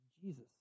Jesus